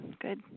Good